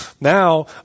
Now